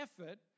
effort